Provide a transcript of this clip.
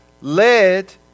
led